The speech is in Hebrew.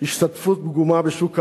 השתתפות פגומה בשוק העבודה,